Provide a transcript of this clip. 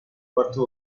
cuarto